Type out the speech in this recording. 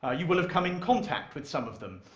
ah you will have come in contact with some of them.